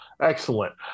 Excellent